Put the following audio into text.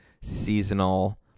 seasonal